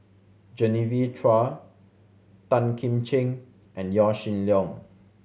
Genevieve Chua Tan Kim Ching and Yaw Shin Leong